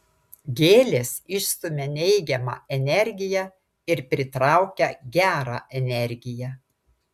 gėlės išstumia neigiamą energiją ir pritraukia gerą energiją